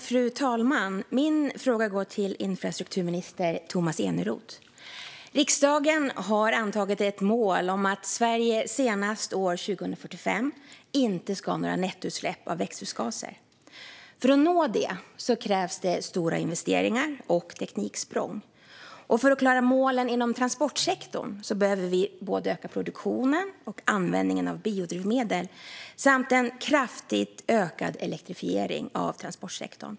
Fru talman! Min fråga går till infrastrukturminister Tomas Eneroth. Riksdagen har antagit ett mål om att Sverige senast år 2045 inte ska ha några nettoutsläpp av växthusgaser. För att nå detta mål krävs stora investeringar och tekniksprång. För att klara målen inom transportsektorn behöver vi öka både produktionen och användningen av biodrivmedel. Det krävs också en kraftigt ökad elektrifiering av transportsektorn.